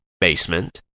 basement